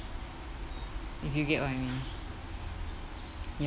if you get what I mean ya